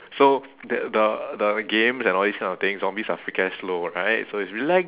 so the the the games and all these kind of things zombies are freak ass slow right so it's rela~